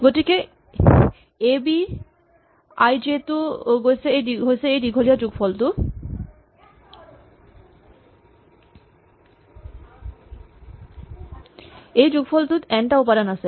গতিকে A B I J টো হৈছে এই দীঘলীয়া যোগফলটো এই যোগফলটোত এন টা উপাদান আছে